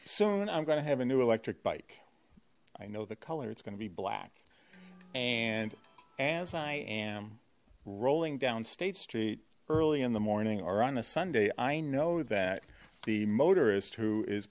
soon i'm gonna have a new electric bike i know the color it's going to be black and as i am rolling down state street early in the morning or on a sunday i know that the motorists who is